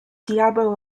diabo